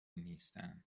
نیستن